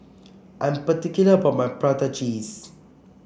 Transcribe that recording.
I'm particular about my Prata Cheese